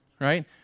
right